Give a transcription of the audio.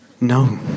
No